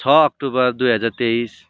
छ अक्टोबर दुई हजार तेइस